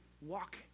walk